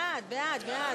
המחנה הציוני,